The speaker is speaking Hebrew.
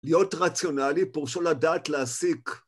להיות רציונלי, פרושו לדעת להסיק.